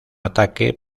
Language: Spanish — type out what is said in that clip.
ataque